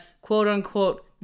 quote-unquote